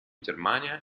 germania